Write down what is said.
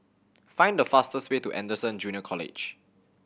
find the fastest way to Anderson Junior College